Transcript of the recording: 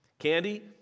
Candy